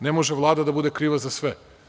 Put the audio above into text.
Ne može Vlada da bude kriva za sve.